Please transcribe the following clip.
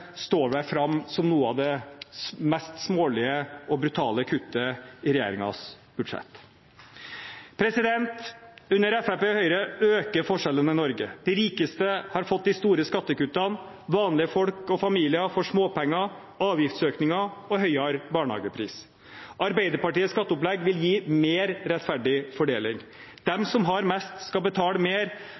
står vel fram som noe av det mest smålige og brutale i regjeringens budsjett. Under Fremskrittspartiet og Høyre øker forskjellene i Norge. De rikeste har fått de store skattekuttene, vanlige folk og familier får småpenger, avgiftsøkninger og høyere barnehagepris. Arbeiderpartiets skatteopplegg vil gi mer rettferdig fordeling. De som har mest, skal betale mer.